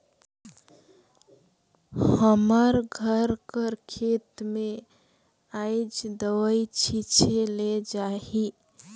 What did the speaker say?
हमर घर कर खेत में आएज दवई छींचे ले जाही